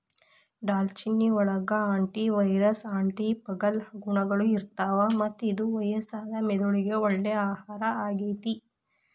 ದಾಲ್ಚಿನ್ನಿಯೊಳಗ antiviral, antifungal ಗುಣಗಳು ಇರ್ತಾವ, ಮತ್ತ ಇದು ವಯಸ್ಸಾದ ಮೆದುಳಿಗೆ ಒಳ್ಳೆ ಆಹಾರ ಆಗೇತಿ